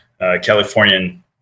Californian